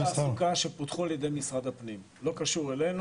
אזורי תעסוקה שפותחו במשרד הפנים, לא קשור אלינו.